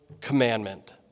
commandment